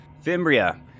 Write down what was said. Fimbria